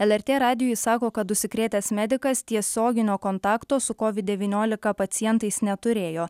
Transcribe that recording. lrt radijui sako kad užsikrėtęs medikas tiesioginio kontakto su kovid devyniolika pacientais neturėjo